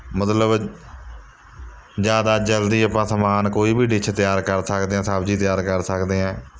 ਮਤਲਬ ਜ਼ਿਆਦਾ ਜਲਦੀ ਆਪਾਂ ਸਮਾਨ ਕੋਈ ਵੀ ਡਿਸ਼ ਤਿਆਰ ਕਰ ਸਕਦੇ ਹਾਂ ਸਬਜ਼ੀ ਤਿਆਰ ਕਰ ਸਕਦੇ ਹਾਂ